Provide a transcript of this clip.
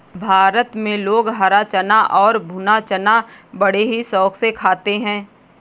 भारत में लोग हरा चना और भुना चना बड़े ही शौक से खाते हैं